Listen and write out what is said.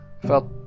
felt